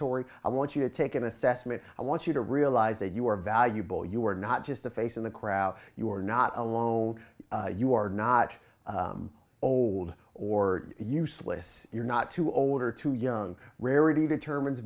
tori i want you to take an assessment i want you to realize that you are valuable you are not just a face in the crowd you are not alone you are not old or useless you're not too old or too young rarity determines